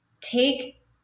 take